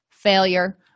failure